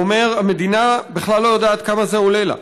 הוא אומר: המדינה בכלל לא יודעת כמה זה עולה לה.